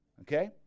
Okay